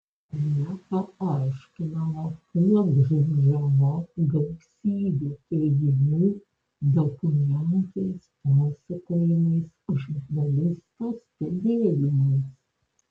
nepaaiškinama kuo grindžiama gausybė teiginių dokumentais pasakojimais žurnalisto stebėjimais